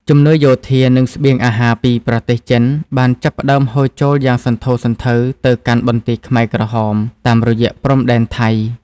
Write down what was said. ជំនួយយោធា និងស្បៀងអាហារពីប្រទេសចិនបានចាប់ផ្ដើមហូរចូលយ៉ាងសន្ធោសន្ធៅទៅកាន់បន្ទាយខ្មែរក្រហមតាមរយៈព្រំដែនថៃ។